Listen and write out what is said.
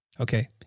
Okay